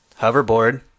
Hoverboard